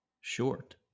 short